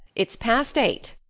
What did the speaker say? it's past eight.